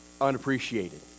unappreciated